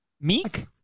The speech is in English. Meek